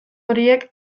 horiek